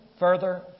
Further